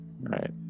right